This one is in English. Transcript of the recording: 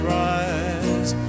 rise